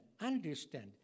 understand